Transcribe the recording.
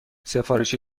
سفارش